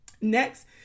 Next